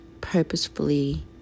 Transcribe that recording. purposefully